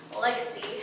legacy